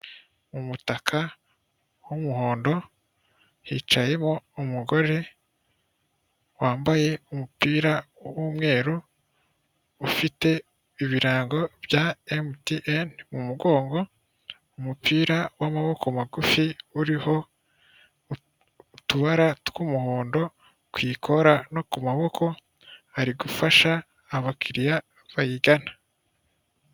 Umutaka w'umuhondo hicayemo umugore wambaye umupira w'umweru, ufite ibirango bya emutiyene mu mugongo. Umupira wa maboko magufi uriho utubara tw'umuhondo ku ikora no ku maboko. Ari gufasha abakiriya bayigana.